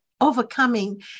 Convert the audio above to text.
overcoming